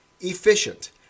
efficient